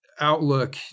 outlook